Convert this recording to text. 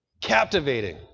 captivating